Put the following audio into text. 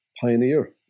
pioneer